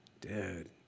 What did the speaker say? dude